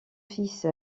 fils